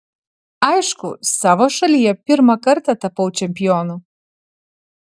aišku savo šalyje pirmą kartą tapau čempionu